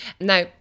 Now